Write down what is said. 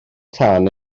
tân